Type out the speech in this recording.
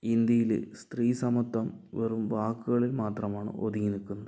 ഇന്ത്യയിൽ സ്ത്രീസമത്വം വെറും വാക്കുകളിൽ മാത്രം ആണ് ഒതുങ്ങി നിൽക്കുന്നത്